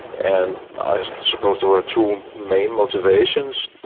and i suppose there were two main motivations.